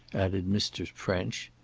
added mr. french.